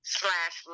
slash